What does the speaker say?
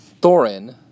Thorin